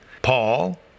Paul